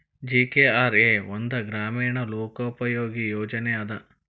GKRA ಒಂದ ಗ್ರಾಮೇಣ ಲೋಕೋಪಯೋಗಿ ಯೋಜನೆ ಅದ